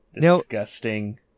Disgusting